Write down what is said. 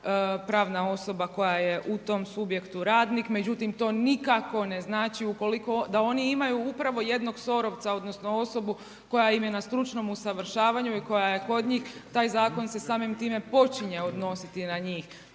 pravna osoba koja je u tom subjektu radnik. Međutim, to nikako ne znači u koliko, da oni imaju upravo jednog SOR-ovca, odnosno osobu koja im je na stručnom usavršavanju i koja je kod njih taj zakon se samim time počinje odnositi na njih.